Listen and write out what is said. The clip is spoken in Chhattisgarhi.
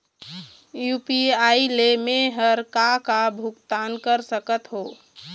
यू.पी.आई ले मे हर का का भुगतान कर सकत हो?